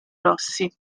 rossi